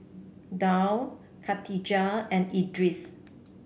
Daud Khatijah and Idris